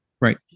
Right